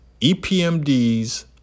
EPMD's